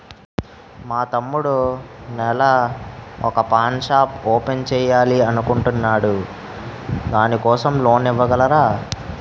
మా తమ్ముడు నెల వొక పాన్ షాప్ ఓపెన్ చేయాలి అనుకుంటునాడు దాని కోసం లోన్ ఇవగలరా?